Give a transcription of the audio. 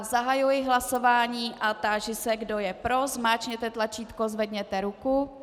Zahajuji hlasování a táži se, kdo je pro, zmáčkněte tlačítko, zvedněte ruku.